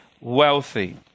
wealthy